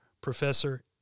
Professor